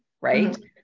right